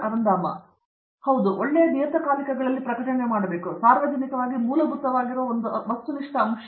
ಅರಂದಾಮ ಸಿಂಗ್ ಒಳ್ಳೆಯ ನಿಯತಕಾಲಿಕಗಳಲ್ಲಿ ಸಾರ್ವಜನಿಕ ಮೂಲಭೂತವಾಗಿರುವ ಒಂದು ವಸ್ತುನಿಷ್ಠ ಅಂಶವಿದೆ